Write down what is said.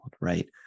right